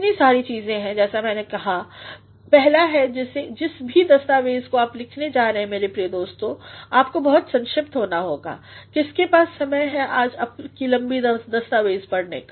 इतने सारे चीज़ें हैं जैसा मैने कहा पहला है कि जिस भी दस्तावेज़ को आप लिखने जा रहे हैं मेरे प्रिय दोस्तों आपको बहुत संक्षिप्त होना होगा किसके पास समय है आज आपकी लम्बी दस्तावेज़ पढ़ने का